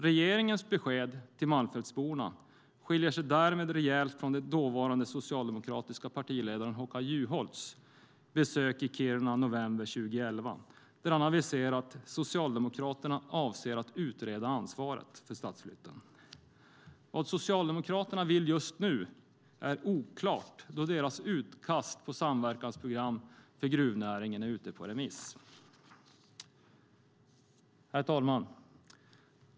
Regeringens besked till Malmfältsborna skiljer sig därmed rejält från dåvarande socialdemokratiska partiledaren Håkan Juholts besked vid besöket i Kiruna 2011 då han aviserade att Socialdemokraterna "avser att utreda ansvaret" för stadsflytten. Vad Socialdemokraterna nu vill är oklart då deras utkast till samverkansprogram för gruvnäringen är ute på remiss. Herr talman!